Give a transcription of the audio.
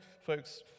folks